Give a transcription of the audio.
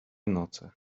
noce